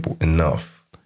Enough